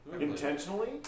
intentionally